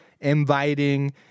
inviting